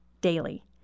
daily